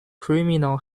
criminal